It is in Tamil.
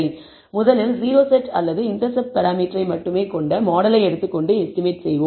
எனவே முதலில் o செட் அல்லது இண்டெர்செப்ட் பராமீட்டர் மட்டுமே கொண்ட மாடலை எடுத்துக்கொண்டு எஸ்டிமேட் செய்வோம்